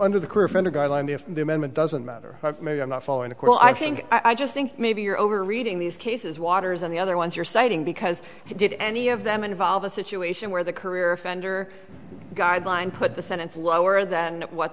if the amendment doesn't matter maybe i'm not following a call i think i just think maybe you're over reading these cases waters and the other ones you're citing because he did any of them involve a situation where the career offender guideline put the sentence lower than what